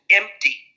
empty